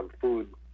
food